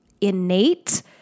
innate